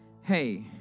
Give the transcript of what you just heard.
hey